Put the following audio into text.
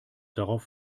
darauf